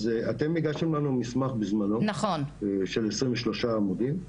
אתם הגשתם לנו מסמך בזמנו של עשרים ושלושה עמודים- -- נכון.